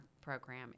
program